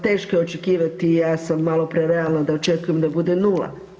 Teško je očekivati, ja sam malo prerealna da očekujem da bude nula.